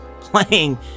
playing